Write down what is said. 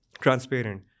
transparent